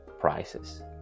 prices